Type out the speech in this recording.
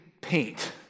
paint